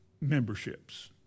memberships